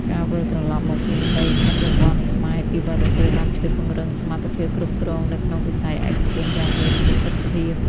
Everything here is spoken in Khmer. ការវិលត្រឡប់មកវិញនៃ "បញ្ញវន្តខ្មែរ" ពីបរទេស បានជួយពង្រឹងសមត្ថភាពគ្រប់គ្រងនៅក្នុងវិស័យឯកជនយ៉ាងមានប្រសិទ្ធភាព។